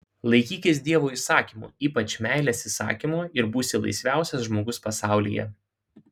laikykis dievo įsakymų ypač meilės įsakymo ir būsi laisviausias žmogus pasaulyje